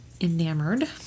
enamored